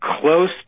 close